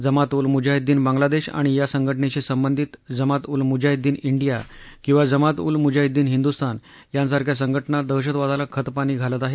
जमात उल मुजाहीद्दीन बांग्लादेश आणि या संघटनेशी संबंधित जमात उल मुजाहीद्दीन जीया किंवा जमात उल मुजाहीद्दीन हिंदुस्थान यांसारख्या संघटना दहशतवादाला खतपाणी घालत आहेत